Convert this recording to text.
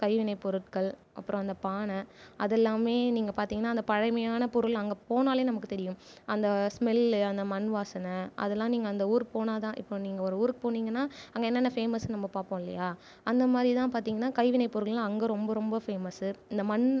கைவினை பொருட்கள் அப்புறோம் அந்த பானை அதெல்லாமே நீங்கள் பார்த்தீங்கன்னா அந்த பழமையான பொருள் அங்க போனால் நமக்கு தெரியும் அந்த ஸ்மெல்லு அந்த மண்வாசனை அதெல்லாம் நீங்கள் அந்த ஊர் போனாதான் இப்போ நீங்கள் ஒரு ஊருக்கு போனீங்கன்னா அங்கே என்னென்ன ஃபேமஸ்னு நம்ம பார்ப்போம் இல்லையா அந்த மாதிரி தான் பார்த்தீங்கன்னா கைவினை பொருள் அங்கே ரொம்ப ரொம்ப ஃபேமஸு இந்த மண்